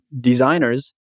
designers